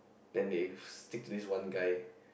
then they stick to this one guy